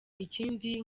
ikindi